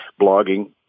blogging